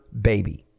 baby